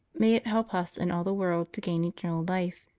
may it help us and all the world to gain eternal life.